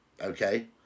Okay